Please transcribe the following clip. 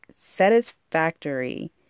satisfactory